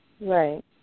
Right